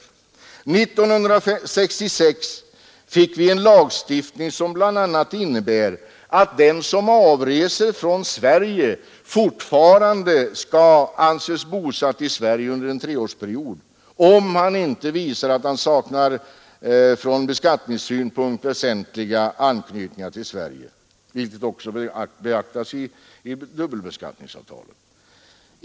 År 1966 fick vi en lagstiftning som bl.a. innebär att den som avreser från Sverige fortfarande skall anses vara bosatt i Sverige under en treårsperiod, om han eller hon inte visar att han/hon saknar från beskattningssynpunkt väsentliga anknytningar till Sverige, vilket också beaktas i dubbelbeskattningsavtalen.